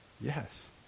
yes